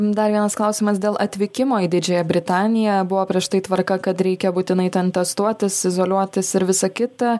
dar vienas klausimas dėl atvykimo į didžiąją britaniją buvo prieš tai tvarka kad reikia būtinai ten testuotis izoliuotis ir visa kita